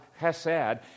chesed